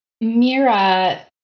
Mira